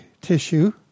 tissue